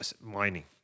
mining